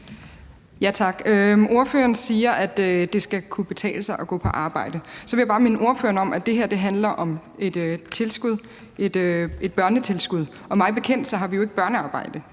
Tak. Ordføreren siger, at det skal kunne betale sig at gå på arbejde. Så vil jeg bare minde ordføreren om, at det her handler om et børnetilskud, og mig bekendt har vi jo ikke børnearbejde